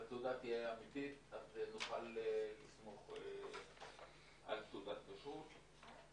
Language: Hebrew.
שהתעודה תהיה אמתית כך שנוכל לסמוך על תעודת הכשרות.